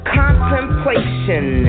contemplation